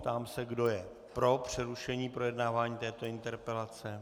Ptám se, kdo je pro přerušení projednávání této interpelace.